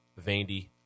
Vandy